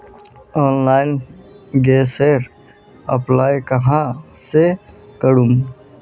Online गैसेर apply कहाँ से करूम?